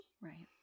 Right